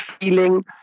feeling